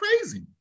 crazy